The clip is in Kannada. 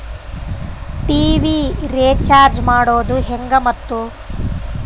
ಟಿ.ವಿ ರೇಚಾರ್ಜ್ ಮಾಡೋದು ಹೆಂಗ ಮತ್ತು?